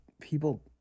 people